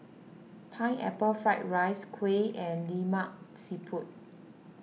Pineapple Fried Rice Kuih and Lemak Siput